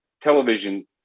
television